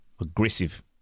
aggressive